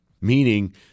meaning